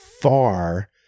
far